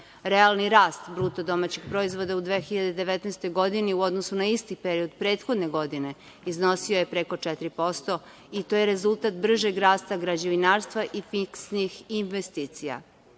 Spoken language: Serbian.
Realni rast BDP-a u 2019. godini u odnosu na isti period prethodne godine iznosio je preko 4% i to je rezultat bržeg rasta građevinarstva i fiksnih investicija. Upravo